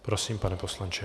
Prosím, pane poslanče.